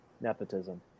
Nepotism